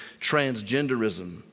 transgenderism